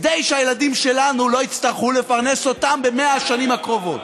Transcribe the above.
כדי שהילדים שלנו לא יצטרכו לפרנס אותם ב-100 השנים הקרובות.